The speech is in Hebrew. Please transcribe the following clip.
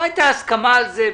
לא הייתה הסכמה על זה,